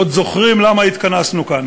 עוד זוכרים למה התכנסנו כאן.